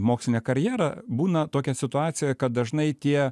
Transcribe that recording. mokslinę karjerą būna tokia situacija kad dažnai tie